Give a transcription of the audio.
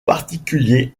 particulier